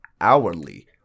hourly